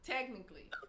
Technically